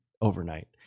overnight